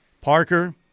Parker